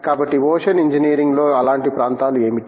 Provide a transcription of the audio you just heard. కాబట్టి ఓషన్ ఇంజనీరింగ్లో అలాంటి ప్రాంతాలు ఏమిటి